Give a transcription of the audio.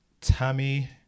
Tammy